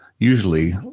Usually